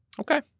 Okay